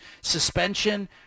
suspension